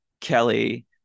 Kelly